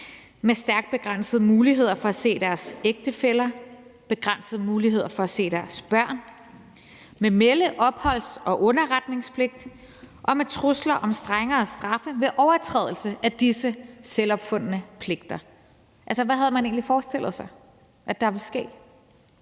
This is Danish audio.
med stærkt begrænsede muligheder for at se deres ægtefæller, begrænsede muligheder for at se deres børn, med melde-, opholds- og underretningspligt og med trusler om strengere straffe ved overtrædelse af disse selvopfundne pligter? Hvad havde man egentlig forestillet sig der ville ske?